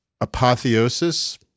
apotheosis